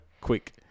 quick